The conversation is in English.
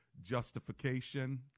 justification